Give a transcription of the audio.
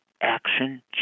Action